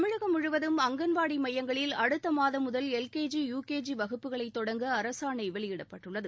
தமிழகம் முழுவதும் அங்கன்வாடி மையங்களில் அடுத்த மாதம் முதல் L K G U K G வகுப்புகளை தொடங்க அரசாணை வெளியிடப்பட்டுள்ளது